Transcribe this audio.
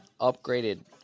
upgraded